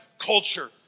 Culture